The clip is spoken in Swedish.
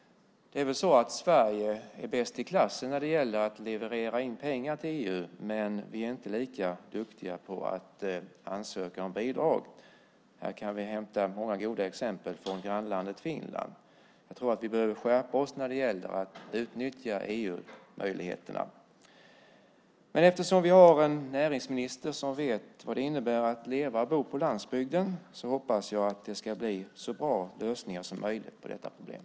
Sverige är väl bäst i klassen när det gäller att leverera in pengar till EU, men vi är inte lika duktiga på att ansöka om bidrag. Här kan vi hämta många goda exempel från grannlandet Finland. Jag tror att vi behöver skärpa oss när det gäller att utnyttja EU-möjligheterna. Eftersom vi har en näringsminister som vet vad det innebär att leva och bo på landsbygden hoppas jag att det ska bli så bra lösningar som möjligt på detta problem.